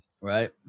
Right